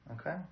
Okay